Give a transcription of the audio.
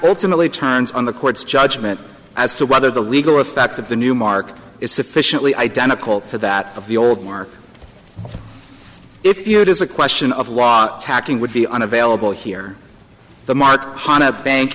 ultimately turns on the court's judgment as to whether the legal effect of the new mark is sufficiently identical to that of the old work if you it is a question of law attacking would be unavailable here the mark on a bank